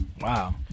Wow